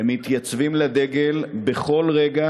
הם מתייצבים לדגל בכל רגע